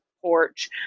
porch